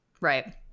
right